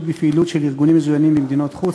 בפעילות של ארגונים מזוינים במדינות חוץ),